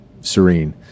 serene